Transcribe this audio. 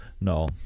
No